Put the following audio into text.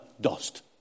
dust